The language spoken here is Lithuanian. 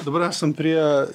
dabar esam prie